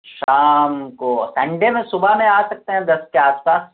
شام کو سنڈے میں صبح میں آ سکتے ہیں دس کے آس پاس